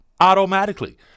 automatically